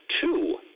two